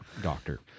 doctor